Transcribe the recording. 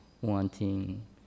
wanting